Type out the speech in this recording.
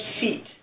feet